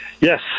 Yes